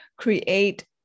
create